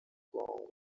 congo